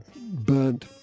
burnt